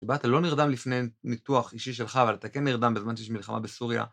כשבא אתה לא נרדם לפני ניתוח אישי שלך, אבל אתה כן נרדם בזמן שיש מלחמה בסוריה.